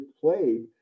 played